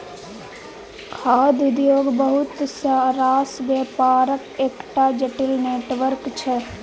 खाद्य उद्योग बहुत रास बेपारक एकटा जटिल नेटवर्क छै